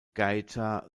gaeta